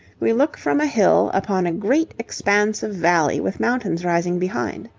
we look from a hill upon a great expanse of valley with mountains rising behind.